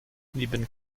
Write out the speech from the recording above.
neben